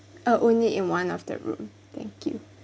uh only in one of the room thank you